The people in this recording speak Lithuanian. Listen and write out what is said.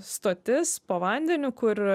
stotis po vandeniu kur